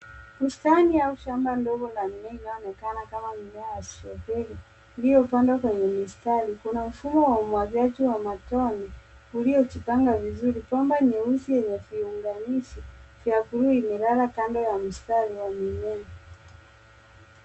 Bustani au shamba ndogo la mimea inayoonekana kama mimea ya strawberry, iliyopandwa kwenye mistari. Kuna mfumo wa umwagiliaji wa matone uliojipanga vizuri. Bomba nyeusi yenye viunganishi vya bluu imelala kando ya mistari ya mimea.